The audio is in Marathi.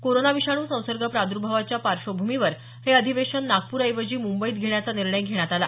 कोरोना विषाणू संसर्ग प्राद्भावाच्या पार्श्वभूमीवर हे अधिवेशन नागपूरऐवजी मुंबईत घेण्याचा निर्णय घेण्यात आला